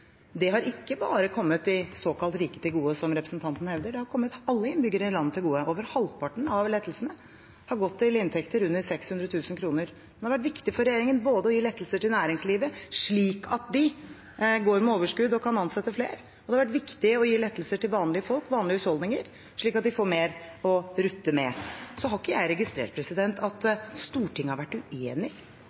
Det har ikke bare kommet de såkalt rike til gode, som representanten hevder. Det har kommet alle innbyggerne i landet til gode. Over halvparten av lettelsene har gått til inntekter under 600 000 kr. Det har for regjeringen både vært viktig å gi lettelser til næringslivet, slik at de går med overskudd og kan ansette flere, og det har vært viktig å gi lettelser til vanlige folk, vanlige husholdninger, slik at de får mer å rutte med. Så har ikke jeg registrert at Stortinget har vært uenig